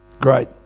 Great